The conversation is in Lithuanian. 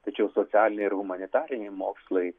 tačiau socialiniai ir humanitariniai mokslai